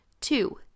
two